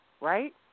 right